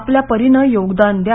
आपल्यापरीनं योगदान द्या